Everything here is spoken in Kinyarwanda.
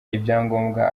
ibyangombwa